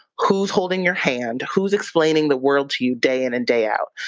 who's holding your hand, who's explaining the world to you day in and day out.